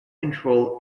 control